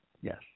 Yes